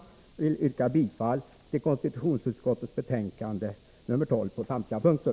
Jag vill yrka bifall till konstitutionsutskottets hemställan i betänkande nr 12 på samtliga punkter.